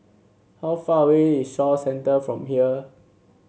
how far away is Shaw Centre from here